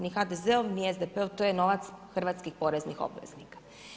Ni HDZ-ov, ni SDP-ov, to je novac hrvatskih poreznih obveznika.